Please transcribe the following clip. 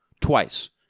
twice